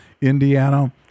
indiana